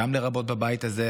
לרבות בבית הזה,